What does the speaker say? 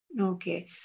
Okay